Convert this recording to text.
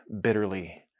bitterly